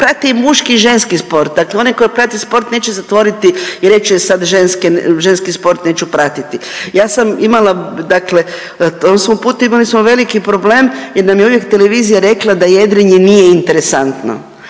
prate i muški i ženski sport. Dakle, onaj tko prati sport neće zatvoriti i reći e sad ženski sport neću pratiti. Ja sam imala dakle u svom putu imali smo veliki problem jer nam je uvijek televizija rekla da jedrenje nije interesantno,